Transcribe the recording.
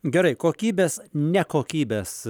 gerai kokybės ne kokybės